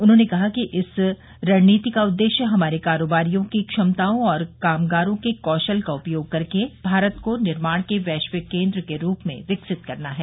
उन्होंने कहा कि इस रणनीति का उद्देश्य हमारे कारोबारियों की क्षमताओं और कामगारों के कौशल का उपयोग करके भारत को निर्माण के वैश्विक केन्द्र के रूप में विकसित करना है